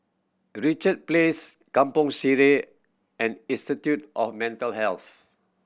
Richard Place Kampong Sireh and Institute of Mental Health